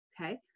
okay